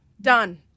done